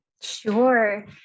Sure